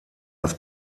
das